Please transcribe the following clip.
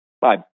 Bye